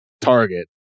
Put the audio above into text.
Target